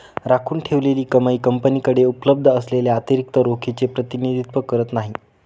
राखून ठेवलेली कमाई कंपनीकडे उपलब्ध असलेल्या अतिरिक्त रोखीचे प्रतिनिधित्व करत नाही